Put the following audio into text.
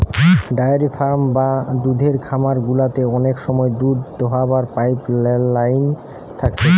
dairy farm বা দুধের খামার গুলাতে অনেক সময় দুধ দোহাবার পাইপ লাইন থাকতিছে